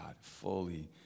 fully